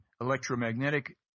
electromagnetic